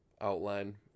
outline